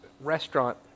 restaurant